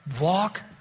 Walk